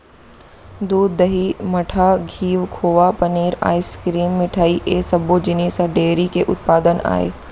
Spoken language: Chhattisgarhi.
दूद, दही, मठा, घींव, खोवा, पनीर, आइसकिरिम, मिठई ए सब्बो जिनिस ह डेयरी के उत्पादन आय